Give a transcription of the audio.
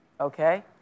Okay